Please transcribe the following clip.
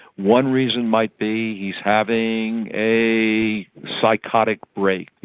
one reason might be he's having a psychotic break,